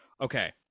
Okay